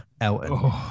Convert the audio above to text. Elton